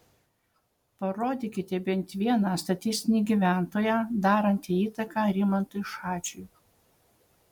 parodykite bent vieną statistinį gyventoją darantį įtaką rimantui šadžiui